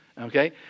Okay